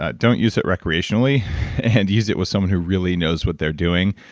ah don't use it recreationally and use it with someone who really knows what they're doing.